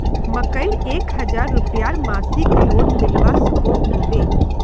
मकईर एक हजार रूपयार मासिक लोन मिलवा सकोहो होबे?